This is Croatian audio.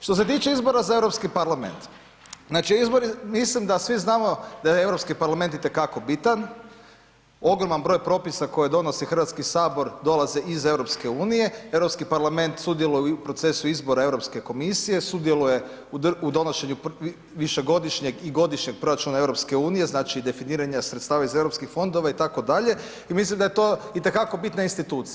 Što se tiče izbora za Europski parlament, znači, izbori, mislim da svi znamo da je Europski parlament itekako bitan, ogroman broj propisa koje donosi HS dolaze iz EU, Europski parlament sudjeluje u procesu izbora Europske komisije, sudjeluje u donošenju višegodišnjeg i godišnjeg proračuna EU, znači, definiranja sredstava iz Europskih fondova itd., i mislim da je to itekako bitna institucija.